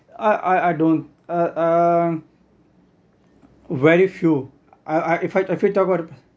I I I don't uh uh very few I I if you if you talk about